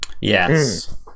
Yes